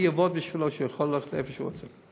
אעבוד בשבילו שהוא יוכל ללכת לאן שהוא רוצה.